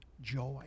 joy